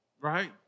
Right